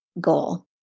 goal